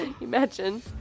Imagine